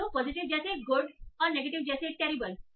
तो पॉजिटिव जैसे गुड और नेगेटिवजैसे टेरिबल है